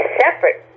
separate